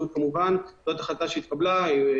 ההחלטה התקבלה אחרי